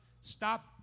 Stop